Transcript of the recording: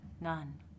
None